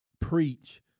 preach